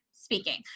speaking